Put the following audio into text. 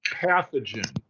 pathogen